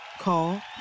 Call